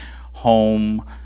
home